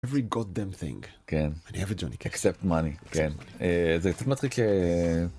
((אנגלית)) כן. זה קצת מצחיק ש....